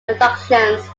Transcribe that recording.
productions